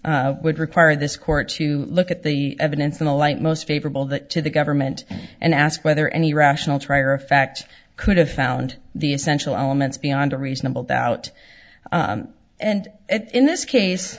would require this court to look at the evidence in the light most favorable that to the government and ask whether any rational trier of fact could have found the essential elements beyond a reasonable doubt and in this case